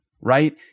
right